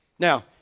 Now